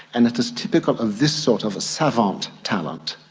and it is typical of this sort of savant talent,